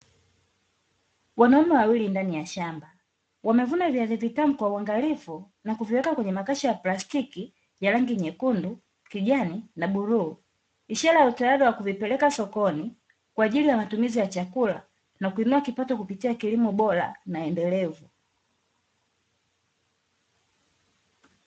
Wanaume wawili ndani ya shamba, wamevuna viazi vitamu kwa uangalifu, na kuviweka kwenye makasha ya plastiki, ya rangi nyekundu, kijani na bluu. Ishara ya utayari wa kuvipeleka sokoni, kwa ajili ya matumizi ya chakula, na kuinua kipato kupitia kilimo bora na endelevu.